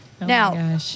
Now